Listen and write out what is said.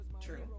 true